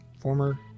Former